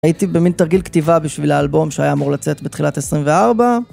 הייתי במין תרגיל כתיבה בשביל האלבום שהיה אמור לצאת בתחילת 24.